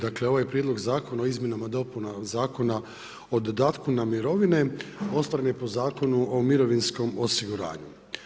Dakle, ovo je Prijedlog zakona o izmjenama i dopunama Zakona o dodatku na mirovine ostvarene po Zakonu o mirovinskom osiguranju.